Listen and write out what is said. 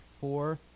four